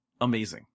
amazing